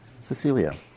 Cecilia